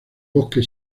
bosque